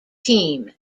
team